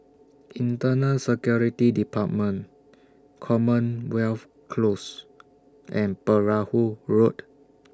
Internal Security department Commonwealth Close and Perahu Road